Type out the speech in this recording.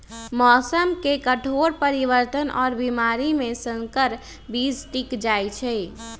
मौसम के कठोर परिवर्तन और बीमारी में संकर बीज टिक जाई छई